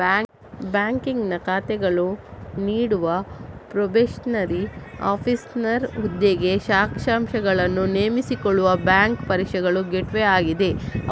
ಬ್ಯಾಂಕಿನ ಶಾಖೆಗಳು ನೀಡುವ ಪ್ರೊಬೇಷನರಿ ಆಫೀಸರ್ ಹುದ್ದೆಗೆ ಆಕಾಂಕ್ಷಿಗಳನ್ನು ನೇಮಿಸಿಕೊಳ್ಳಲು ಬ್ಯಾಂಕು ಪರೀಕ್ಷೆಗಳು ಗೇಟ್ವೇ ಆಗಿದೆ